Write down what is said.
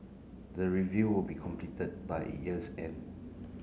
the review will be completed by year's end